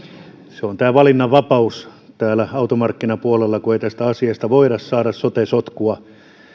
se on tämä valinnanvapaus täällä automarkkinapuolella kun ei tästä asiasta voida saada sote sotkua